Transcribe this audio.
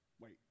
Wait